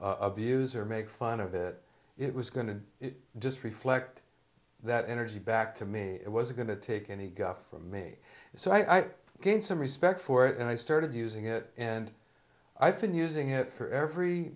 abuse or make fun of it it was going to just reflect that energy back to me it was going to take any guff from me so i gained some respect for it and i started using it and i think using it for every